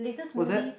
what's that